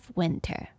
winter